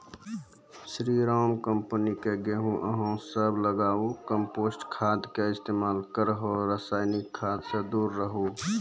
स्री Ram company के गेहूँ अहाँ सब लगाबु कम्पोस्ट खाद के इस्तेमाल करहो रासायनिक खाद से दूर रहूँ?